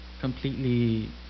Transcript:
completely